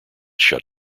shut